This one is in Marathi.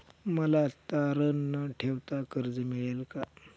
मला तारण न ठेवता कर्ज मिळेल का?